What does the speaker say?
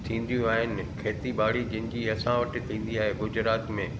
थींदियूं आहिनि खेती ॿाड़ी जिनि जी असां वटि थींदी आहे गुजरात में